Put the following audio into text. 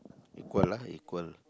equal lah equal